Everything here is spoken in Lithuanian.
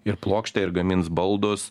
ir plokštę ir gamins baldus